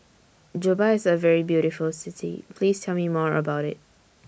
Juba IS A very beautiful City Please Tell Me More about IT